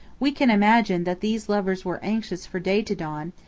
we can imagine that these lovers were anxious for day to dawn,